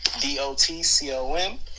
d-o-t-c-o-m